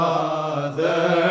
Father